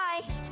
Bye